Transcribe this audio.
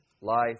life